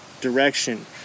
direction